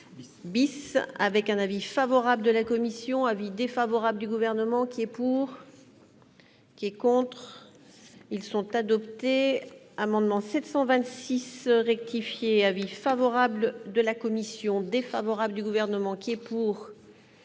bis avec un avis favorable de la commission avis défavorable du gouvernement qui est pour. Qui est contre, ils sont adoptés, amendement 726 rectifié : avis favorable de la commission défavorable du gouvernement qui est pour.